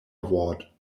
ward